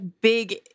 big